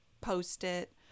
post-it